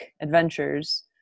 adventures